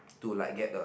to like get the